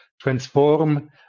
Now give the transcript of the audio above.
transform